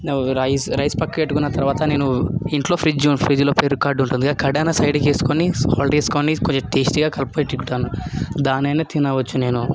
rice rice పక్కకు పెట్టుకున్న తర్వాత నేను ఇంట్లో ఫ్రిడ్జ్ ఫ్రిడ్జ్లో పెరుగు కర్డ్ ఉంటుందిగా కర్డ్ అయినా సైడ్కి వేసుకొని సాల్ట్ వేసుకొని కొంచెం టేస్ట్గా కలిపి పెట్టుకుంటాను దాన్ని అయినా తినవచ్చు నేను